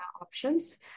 options